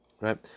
Right